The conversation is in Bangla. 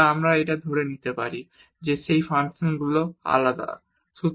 বা আবার আমরা ধরে নিতে পারি যে সেগুলি আলাদা ফাংশন